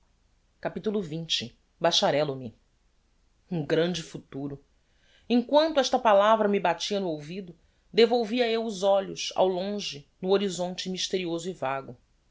capitulo xx bacharelo me um grande futuro em quanto esta palavra me batia no ouvido devolvia eu os olhos ao longe no horizonte mysterioso e vago